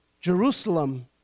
Jerusalem